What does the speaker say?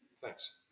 Thanks